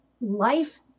life